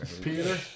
Peter